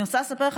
אני רוצה לספר לך,